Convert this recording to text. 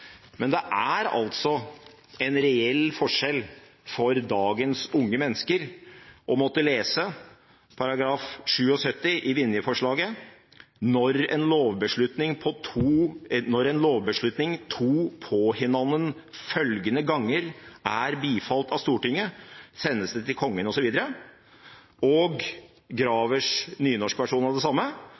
men det er en reell forskjell for dagens unge mennesker å måtte lese § 77 i Vinje-forslaget: «Når en lovbeslutning to på hinannen følgende ganger er bifalt av Stortinget, sendes det til kongen og Graver-utvalgets nynorskversjon av det samme: